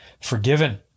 forgiven